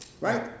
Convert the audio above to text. Right